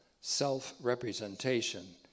self-representation